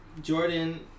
Jordan